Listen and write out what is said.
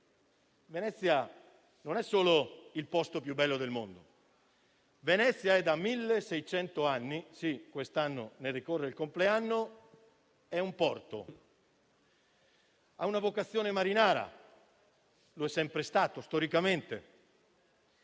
museo, non è solo il posto più bello del mondo. Venezia da milleseicento anni - quest'anno ne ricorre il compleanno - è un porto, ha una vocazione marinara - lo è sempre stato storicamente